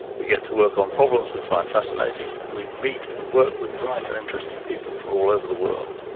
we get to work on problems we find fascinating, we meet and work with bright and interesting people from all over the world,